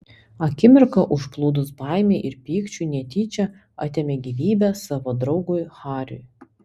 akimirką užplūdus baimei ir pykčiui netyčia atėmė gyvybę savo draugui hariui